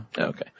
Okay